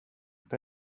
det